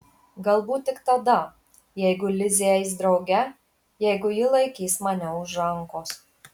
galbūt tik tada jeigu lizė eis drauge jeigu ji laikys mane už rankos